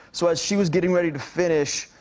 so, as she was getting ready to finish,